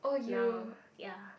now ya